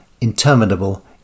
interminable